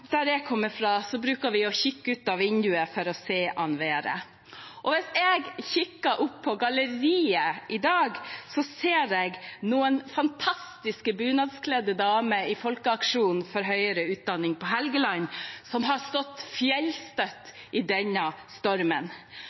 Der jeg kommer fra, bruker vi å kikke ut av vinduet for å se an været. Og hvis jeg kikker opp på galleriet i dag, ser jeg noen fantastiske bunadskledde damer fra folkeaksjonen for høyere utdanning på Helgeland, som har stått fjellstøtt i denne stormen,